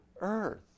earth